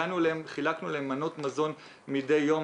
חילקנו להם מנות מזון מידי יום.